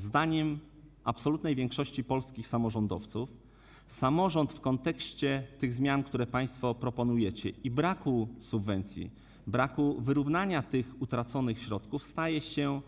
Zdaniem absolutnej większości polskich samorządowców samorząd w kontekście tych zmian, które państwo proponujecie, i braku subwencji, braku wyrównania tych utraconych środków staje się